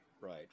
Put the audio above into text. right